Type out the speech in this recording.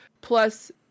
Plus